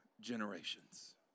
generations